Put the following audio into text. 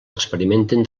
experimenten